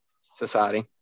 society